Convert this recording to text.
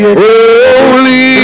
Holy